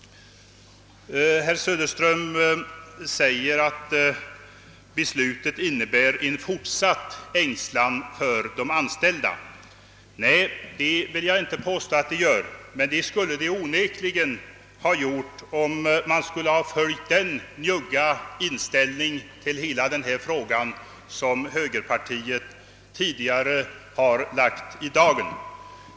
Herr Söderström sade vidare, att ett beslut i enlighet med förslaget kommer att innebära fortsatt ängslan för de anställda. Nej, det gör det inte! Men det skulle ha gjort det om vi övriga här i riksdagen hade haft samma njugga inställning till denna fråga som högerpartiet tidigare har lagt i dagen.